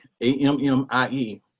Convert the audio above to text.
A-M-M-I-E